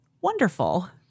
Wonderful